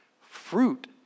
Fruit